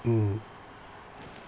mm